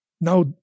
Now